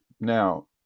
Now